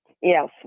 Yes